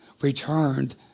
returned